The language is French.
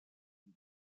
une